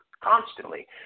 constantly